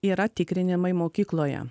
yra tikrinimai mokykloje